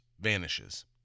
vanishes